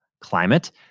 climate